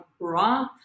bra